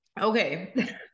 Okay